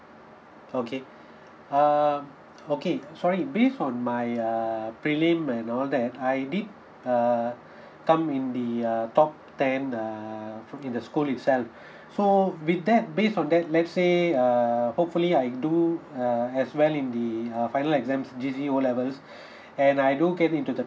okay um okay sorry based from my uh prelim and all that I did uh come in the uh top ten uh for in the school itself so with that based on that let's say uh hopefully I do err as well in the uh final exams G_C_E O levels and I do get into the